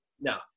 No